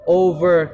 over